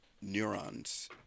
neurons